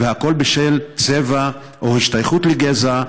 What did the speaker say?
והכול בשל צבע או השתייכות לגזע,